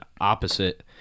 opposite